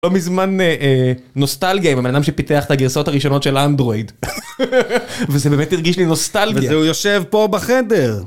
לא מזמן נוסטלגיה עם הבן אדם שפיתח את הגרסאות הראשונות של האנדרואיד. וזה באמת הרגיש לי נוסטלגיה. וזה הוא יושב פה בחדר.